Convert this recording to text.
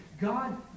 God